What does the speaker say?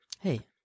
Hey